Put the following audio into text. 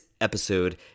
episode